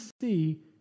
see